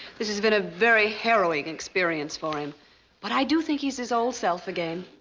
this has been a very harrowing experience for him but i do think he's his old self again.